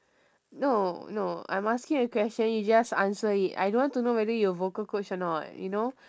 no no I'm asking a question you just answer it I don't want to know whether you vocal coach or not you know